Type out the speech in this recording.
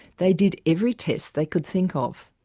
they did every test they could think of.